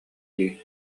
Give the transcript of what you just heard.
дии